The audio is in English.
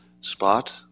spot